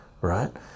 right